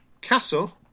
Castle